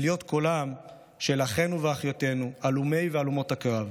קולם של אחינו ואחיותינו הלומי והלומות הקרב